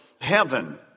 heaven